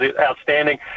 outstanding